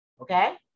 Okay